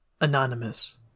Anonymous